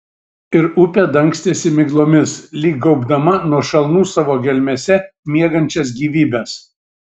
ir upė dangstėsi miglomis lyg gaubdama nuo šalnų savo gelmėse miegančias gyvybes